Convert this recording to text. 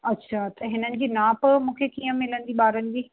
अच्छा त हिनजी नाप मूंखे कीअं मिलंदी ॿारनि जी